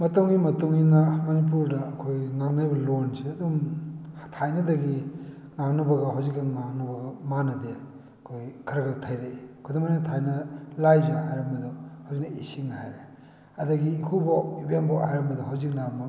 ꯃꯇꯝꯒꯤ ꯃꯇꯨꯡ ꯏꯟꯅ ꯃꯅꯤꯄꯨꯔꯗ ꯑꯩꯈꯣꯏ ꯉꯥꯡꯅꯔꯤꯕ ꯂꯣꯟꯁꯦ ꯑꯗꯨꯝ ꯊꯥꯏꯅꯗꯒꯤ ꯉꯥꯡꯅꯕꯒ ꯍꯧꯖꯤꯛꯀ ꯉꯥꯡꯅꯕꯒ ꯃꯥꯟꯅꯗꯦ ꯑꯩꯈꯣꯏ ꯈꯔ ꯈꯔ ꯊꯩꯔꯛꯏ ꯈꯨꯗꯝ ꯑꯣꯏꯅ ꯊꯥꯏꯅ ꯂꯥꯏꯖ ꯍꯥꯏꯔꯝꯕꯗꯨ ꯍꯧꯖꯤꯛꯅ ꯏꯁꯤꯡ ꯍꯥꯏꯔꯦ ꯑꯗꯒꯤ ꯏꯀꯨꯕꯣꯛ ꯏꯕꯦꯝꯕꯣꯛ ꯍꯥꯏꯔꯝꯕꯗꯣ ꯍꯧꯖꯤꯛꯅ ꯑꯃꯨꯛ